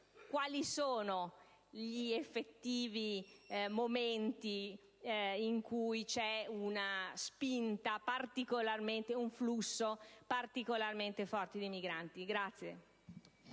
quali sono gli effettivi momenti in cui si registra un flusso particolarmente forte di migranti.